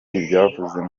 ibyavuye